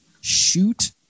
shoot